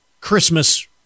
Christmas